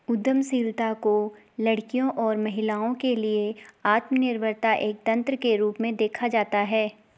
उद्यमशीलता को लड़कियों और महिलाओं के लिए आत्मनिर्भरता एक तंत्र के रूप में देखा जाता है